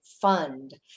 Fund